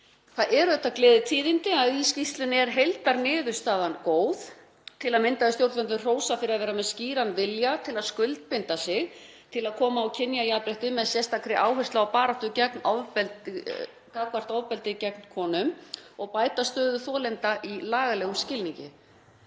Það eru gleðitíðindi að í skýrslunni er heildarniðurstaðan góð. Til að mynda er stjórnvöldum hrósað fyrir að vera með skýran vilja til að skuldbinda sig til að koma á kynjajafnrétti með sérstakri áherslu á baráttu gegn ofbeldi gagnvart konum og bæta stöðu þolenda í lagalegum skilningi.